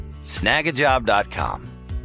Snagajob.com